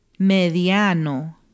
Mediano